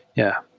yeah.